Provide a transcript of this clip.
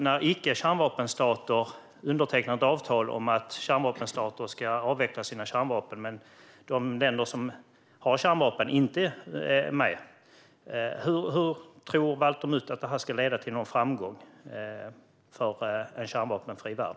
Hur tror Valter Mutt att det ska leda till någon framgång för en kärnvapenfri värld när icke-kärnvapenstater undertecknar ett avtal om att kärnvapenstater ska avveckla sina kärnvapen medan de länder som har kärnvapen inte är med?